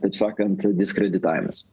taip sakant diskreditavimas